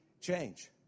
change